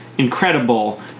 incredible